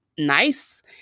nice